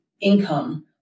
income